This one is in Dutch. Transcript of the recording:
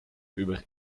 uber